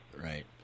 Right